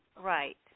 right